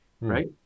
right